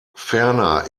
ferner